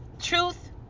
truth